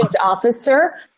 Officer